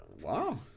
Wow